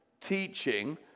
teaching